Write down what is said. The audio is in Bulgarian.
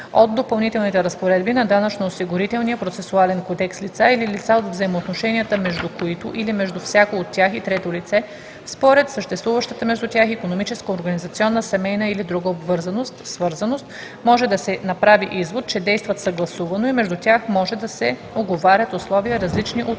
от допълнителните разпоредби на Данъчно-осигурителния процесуален кодекс лица или лица, от взаимоотношенията между които или между всяко от тях и трето лице според съществуващата между тях икономическа, организационна, семейна или друга обвързаност/свързаност може да се направи извод, че действат съгласувано и между тях могат да се уговарят условия, различни от